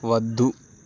వద్దు